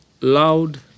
loud